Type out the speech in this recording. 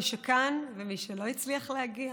מי שכאן ומי שלא הצליח להגיע,